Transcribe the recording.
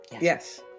Yes